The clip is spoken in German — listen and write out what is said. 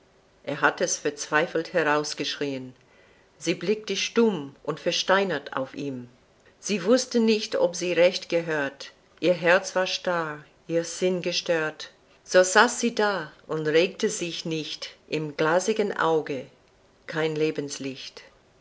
er hatt es verzweifelt herausgeschrie'n sie blickte stumm und versteinert auf ihn sie wußte nicht ob sie recht gehört ihr herz war starr ihr sinn gestört so saß sie da und regte sich nicht im glasigen auge kein